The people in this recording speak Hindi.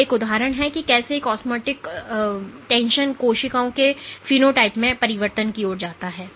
ये एक उदाहरण हैं कि कैसे एक ऑस्मोटिक झटका कोशिकाओं के फेनोटाइप में परिवर्तन की ओर जाता है